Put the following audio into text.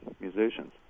musicians